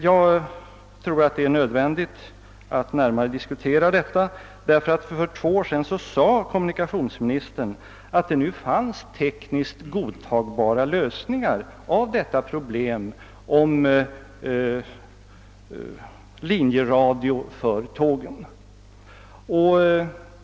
Jag tror att det är nödvändigt att närmare gå in på detta förhållande, eftersom kommunikationsministern för två år sedan sade att det då fanns tekniskt godtagbara lösningar av problemet att införa linjeradio för tåg.